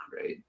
right